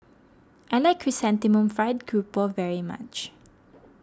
I like Chrysanthemum Fried Grouper very much